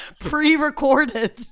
pre-recorded